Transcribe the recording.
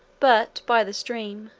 but, by the stream,